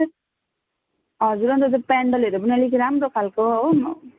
हजुर अन्त त्यो पेन्डलहरू पनि अलिकति राम्रो खाले हो